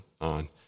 on